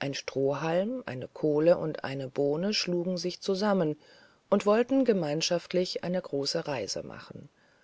ein strohhalm eine kohle und eine bohne schlugen sich zusammen und wollten gemeinschaftlich eine große reise machen